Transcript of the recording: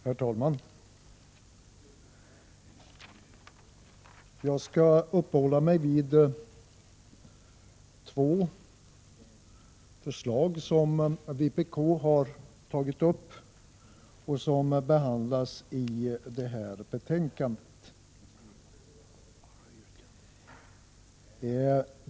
Herr talman! Jag skall uppehålla mig vid två förslag, som vpk har tagit upp och som behandlas i det här betänkandet.